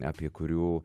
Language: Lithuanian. apie kurių